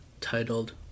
titled